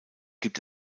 gibt